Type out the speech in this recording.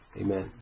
Amen